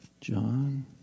John